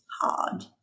hard